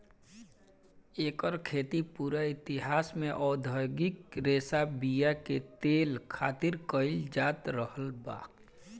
एकर खेती पूरा इतिहास में औधोगिक रेशा बीया के तेल खातिर कईल जात रहल बा